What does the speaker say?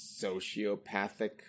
sociopathic